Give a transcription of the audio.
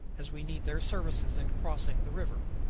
as we need their services in crossing the river.